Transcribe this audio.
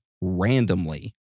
randomly